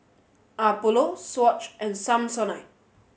Apollo Swatch and Samsonite